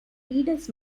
readers